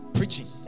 Preaching